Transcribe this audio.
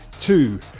two